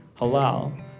Halal